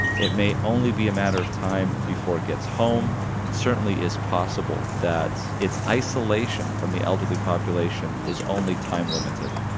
it may only be a matter of time before it gets home. it certainly is possible that its isolation from the elderly population is only time limited,